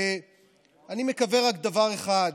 אני מקווה רק דבר אחד,